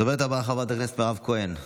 הדוברת הבאה, חברת הכנסת מירב כהן,